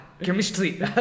Chemistry